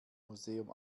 museum